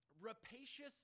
rapacious